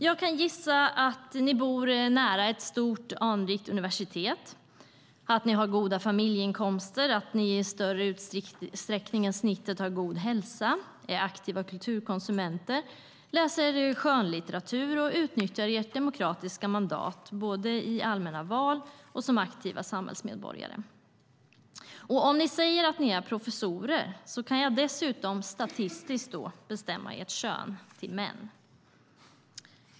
Jag kan gissa att ni bor nära ett stort, anrikt universitet, att ni har goda familjeinkomster, att ni i större utsträckning än snittet har god hälsa, är aktiva kulturkonsumenter, läser skönlitteratur och utnyttjar ert demokratiska mandat, både i allmänna val och som aktiva samhällsmedborgare. Och om ni säger att ni är professorer kan jag dessutom statistiskt bestämma ert kön till män.